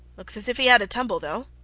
looks as if he had a tumble, though.